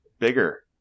Bigger